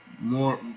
more